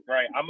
Right